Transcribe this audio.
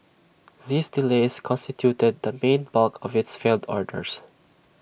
these delays constituted the main bulk of its failed orders